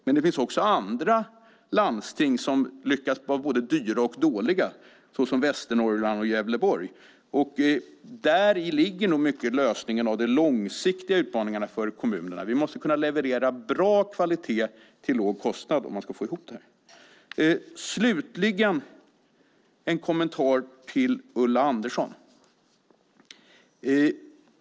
Men det finns också andra landsting som lyckats vara både dyra och dåliga, såsom Västernorrland och Gävleborg. Däri ligger nog mycket lösningen av de långsiktiga utmaningarna för kommunerna. De måste kunna leverera bra kvalitet till låg kostnad om de ska få ihop det. Slutligen en kommentar till Ulla Andersson.